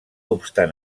obstant